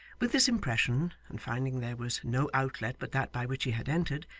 with this impression, and finding there was no outlet but that by which he had entered,